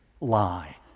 lie